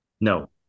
No